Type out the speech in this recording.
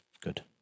good